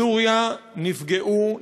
בסוריה נפגעו,